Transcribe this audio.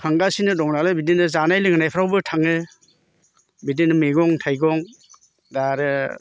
खांगासिनो दं नालाय बिदिनो जानाय लोंनाफ्रावबो थाङो बिदिनो मैगं थाइगं दा आरो